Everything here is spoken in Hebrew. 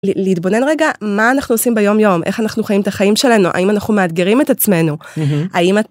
להתבונן רגע מה אנחנו עושים ביום יום, איך אנחנו חיים את החיים שלנו, האם אנחנו מאתגרים את עצמנו.האם